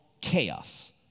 chaos